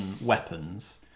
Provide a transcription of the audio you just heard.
weapons